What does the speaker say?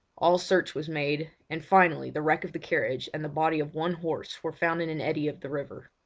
all search was made, and finally the wreck of the carriage and the body of one horse were found in an eddy of the river.